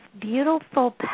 beautiful